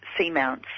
seamounts